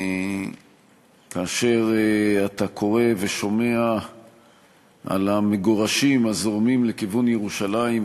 כאשר אתה קורא ושומע על המגורשים הזורמים לכיוון ירושלים,